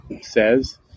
says